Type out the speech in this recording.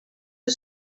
was